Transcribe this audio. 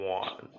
one